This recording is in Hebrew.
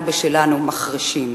ואנו בשלנו, מחרישים.